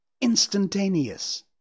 Instantaneous